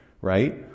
right